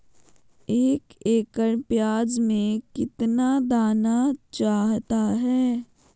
एक एकड़ प्याज में कितना दाना चाहता है?